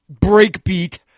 breakbeat